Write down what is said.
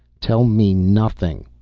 tell me nothing!